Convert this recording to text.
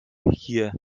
hier